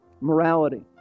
morality